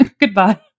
Goodbye